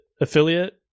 affiliate